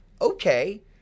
okay